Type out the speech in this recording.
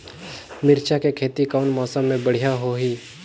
मिरचा के खेती कौन मौसम मे बढ़िया होही?